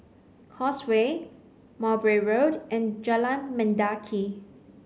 Causeway Mowbray Road and Jalan Mendaki